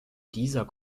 dieser